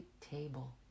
table